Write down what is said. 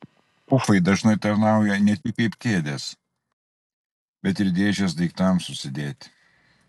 pufai dažnai tarnauja ne tik kaip kėdės bet ir dėžės daiktams susidėti